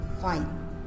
fine